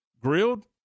Grilled